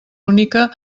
única